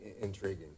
intriguing